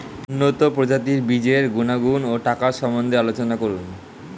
উন্নত প্রজাতির বীজের গুণাগুণ ও টাকার সম্বন্ধে আলোচনা করুন